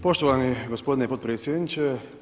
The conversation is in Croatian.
Poštovani gospodine potpredsjedniče.